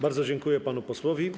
Bardzo dziękuję pan posłowi.